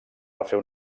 refer